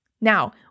Now